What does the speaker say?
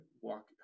walk